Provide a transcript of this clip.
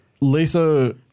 Lisa